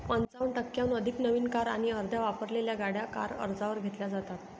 पंचावन्न टक्क्यांहून अधिक नवीन कार आणि अर्ध्या वापरलेल्या गाड्या कार कर्जावर घेतल्या जातात